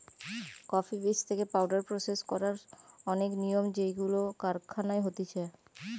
coffee বীজ থেকে powder process করার অনেক নিয়ম যেইগুলো কারখানায় হতিছে